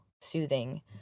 soothing